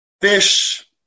fish